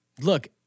look